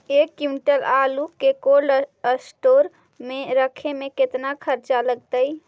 एक क्विंटल आलू के कोल्ड अस्टोर मे रखे मे केतना खरचा लगतइ?